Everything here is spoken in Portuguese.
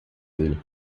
dele